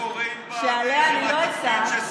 שעליה אני לא אפסח,